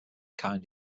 kind